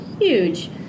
huge